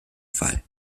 fall